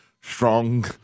strong